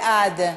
בעד.